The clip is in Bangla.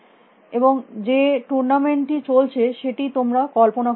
এবং যে টুর্নামেন্ট টি চলছে সেটি তোমরা কল্পনা করতে পারো